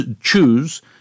choose